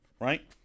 Right